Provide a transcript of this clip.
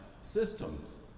systems